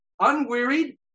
Unwearied